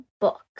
book